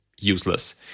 useless